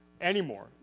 anymore